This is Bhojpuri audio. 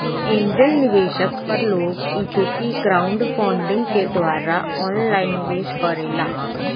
एंजेल निवेशक पर लोग इक्विटी क्राउडफण्डिंग के द्वारा ऑनलाइन निवेश करेला